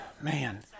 Man